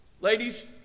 Ladies